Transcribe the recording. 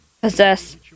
possess